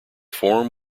form